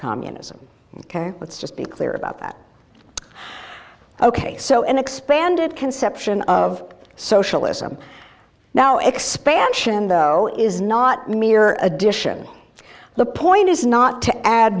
communism ok let's just be clear about that ok so an expanded conception of socialism now expansion though is not mere addition the point is not to add